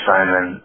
Simon